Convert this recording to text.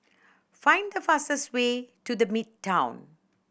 find the fastest way to The Midtown